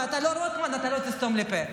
בוא, אתה לא רוטמן, אתה לא תסתום לי את הפה.